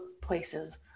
places